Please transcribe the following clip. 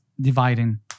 dividing